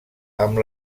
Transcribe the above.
amb